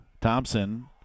Thompson